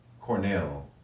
Cornell